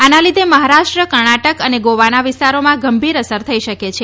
આના લીધે મહારાષ્ટ્ર કર્ણાટક અને ગોવાના વિસ્તારોમાં ગંભીર અસર થઈ શકે છે